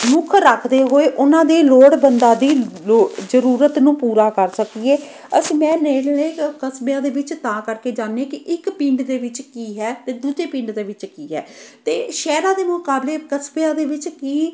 ਮੁੱਖ ਰੱਖਦੇ ਹੋਏ ਉਹਨਾਂ ਦੇ ਲੋੜਵੰਦਾਂ ਦੀ ਲੋ ਜ਼ਰੂਰਤ ਨੂੰ ਪੂਰਾ ਕਰ ਸਕੀਏ ਅਸੀਂ ਮੈਂ ਨੇੜਲੇ ਅ ਕਸਬਿਆਂ ਦੇ ਵਿੱਚ ਤਾਂ ਕਰਕੇ ਜਾਂਦੀ ਕਿ ਇੱਕ ਪਿੰਡ ਦੇ ਵਿੱਚ ਕੀ ਹੈ ਅਤੇ ਦੂਜੇ ਪਿੰਡ ਦੇ ਵਿੱਚ ਕੀ ਹੈ ਅਤੇ ਸ਼ਹਿਰਾਂ ਦੇ ਮੁਕਾਬਲੇ ਕਸਬਿਆਂ ਦੇ ਵਿੱਚ ਕੀ